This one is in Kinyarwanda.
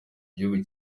gihugu